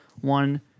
one